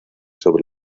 sobre